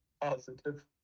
Positive